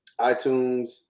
iTunes